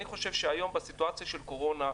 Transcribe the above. אני חושב שהיום, בסיטואציה של הקורונה,